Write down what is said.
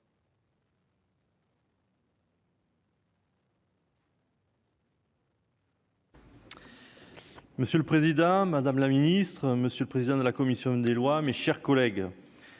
Monsieur le Président, Madame la Ministre, monsieur le président de la commission des lois, mes chers collègues,